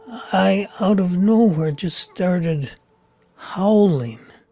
i, out of nowhere, just started howling.